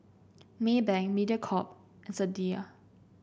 Maybank Mediacorp and Sadia